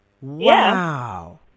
Wow